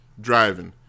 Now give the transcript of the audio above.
driving